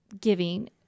giving